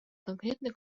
конкретные